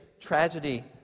Tragedy